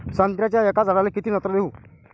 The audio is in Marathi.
संत्र्याच्या एका झाडाले किती नत्र देऊ?